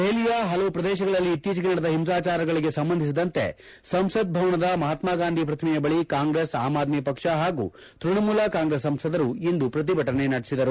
ದೆಹಲಿಯ ಹಲವು ಪ್ರದೇಶಗಳಲ್ಲಿ ಇತ್ತೀಚೆಗೆ ನಡೆದ ಹಿಂಸಾಚಾರಗಳಿಗೆ ಸಂಬಂಧಿಸಿದಂತೆ ಸಂಸತ್ ಭವನದ ಮಹಾತ್ಮಗಾಂಧಿ ಪ್ರತಿಮೆಯ ಬಳಿ ಕಾಂಗ್ರೆಸ್ ಆಮ್ಆದ್ಲಿ ಪಕ್ಷ ಹಾಗೂ ತ್ಯಣಮೂಲ ಕಾಂಗ್ರೆಸ್ ಸಂಸದರು ಇಂದು ಪ್ರತಿಭಟನೆ ನಡೆಸಿದರು